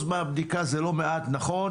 במהלך השנים האלה,